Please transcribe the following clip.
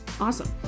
awesome